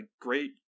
great